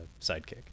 sidekick